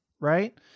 Right